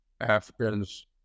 Africans